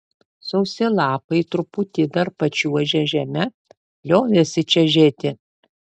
sausi lapai truputį dar pačiuožę žeme liovėsi čežėti